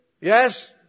Yes